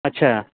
अच्छा